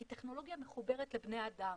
כי טכנולוגיה מחוברת לבני האדם.